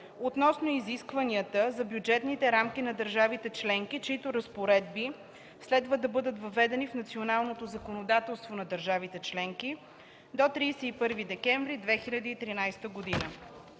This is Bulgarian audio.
относно изискванията за бюджетните рамки на държавите членки, чийто разпоредби следва да бъдат въведени в националното законодателство на държавите членки в срок до 31 декември 2013 г.